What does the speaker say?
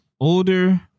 older